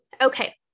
Okay